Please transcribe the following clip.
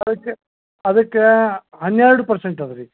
ಅದಕ್ಕೆ ಅದಕ್ಕೆ ಹನ್ನೆರಡು ಪರ್ಸೆಂಟ್ ಅದ ರಿ